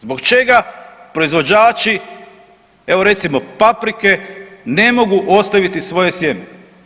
Zbog čega proizvođači evo recimo paprike ne mogu ostaviti svoje sjeme?